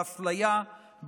באפליה,